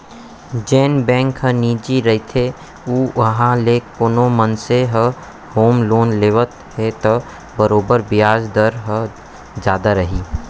जेन बेंक ह निजी रइथे अउ उहॉं ले कोनो मनसे ह होम लोन लेवत हे त बरोबर बियाज दर ह जादा रही